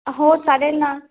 हो चालेल ना